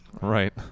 Right